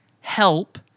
help